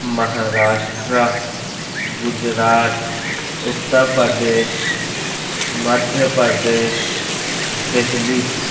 Maharashtra Gujarat Uttar Pradesh Madhya Pradesh Delhi